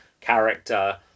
character